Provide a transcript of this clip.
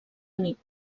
unit